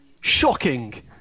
shocking